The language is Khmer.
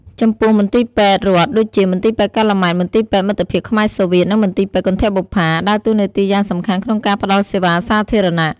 ចំពោះ មន្ទីរពេទ្យរដ្ឋដូចជា មន្ទីរពេទ្យកាល់ម៉ែត មន្ទីរពេទ្យមិត្តភាពខ្មែរ-សូវៀត និងមន្ទីរពេទ្យគន្ធបុប្ផា ដើរតួនាទីយ៉ាងសំខាន់ក្នុងការផ្តល់សេវាសាធារណៈ។